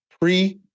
pre